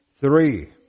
three